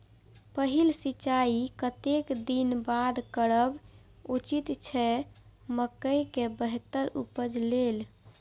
पहिल सिंचाई कतेक दिन बाद करब उचित छे मके के बेहतर उपज लेल?